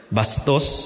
bastos